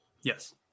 Yes